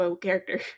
character